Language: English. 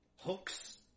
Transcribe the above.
hooks